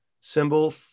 symbol